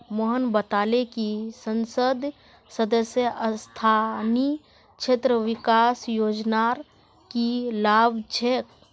मोहन बताले कि संसद सदस्य स्थानीय क्षेत्र विकास योजनार की लाभ छेक